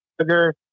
sugar